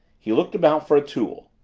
he looked about for a tool,